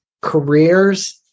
careers